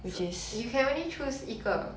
you can only choose 一个